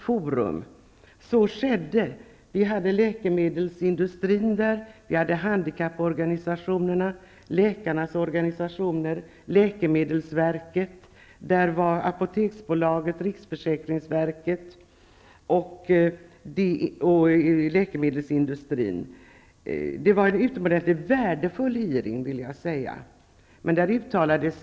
Närvarande var läkemedelsindustrin, handikapporganisationerna, läkarnas organisationer, läkemedelsverket, Apoteksbolaget och riksförsäkringsverket. Utfrågningen var utomordentligt värdefull.